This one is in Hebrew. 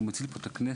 הוא מציל פה את הכנסת.